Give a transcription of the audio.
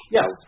Yes